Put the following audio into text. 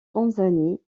tanzanie